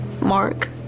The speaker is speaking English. Mark